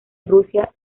rusia